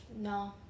no